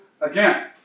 again